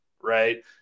Right